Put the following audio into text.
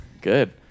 Good